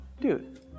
Dude